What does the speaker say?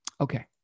Okay